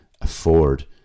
afford